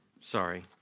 Sorry